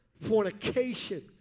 fornication